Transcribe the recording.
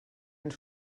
ens